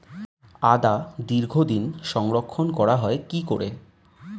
আদা দীর্ঘদিন সংরক্ষণ করা হয় কি করে?